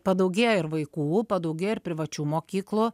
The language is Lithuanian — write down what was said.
padaugėjo ir vaikų padaugėjo ir privačių mokyklų